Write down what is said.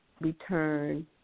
return